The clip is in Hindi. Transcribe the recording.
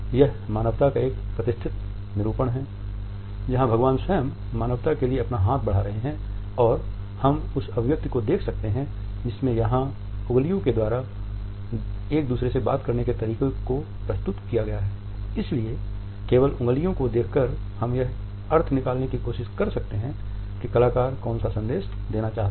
इसलिए केवल उंगलियों को देखकर हम यह अर्थ निकालने की कोशिश कर सकते हैं कि कलाकार कौन सा संदेश देना चाहता है